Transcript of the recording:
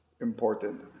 important